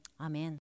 Amen